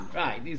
right